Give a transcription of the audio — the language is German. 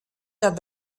der